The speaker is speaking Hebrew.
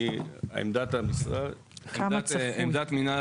לימור סון הר מלך